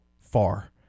far